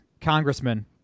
congressman